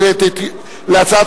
זו מכירת חיסול של ראש הקואליציה.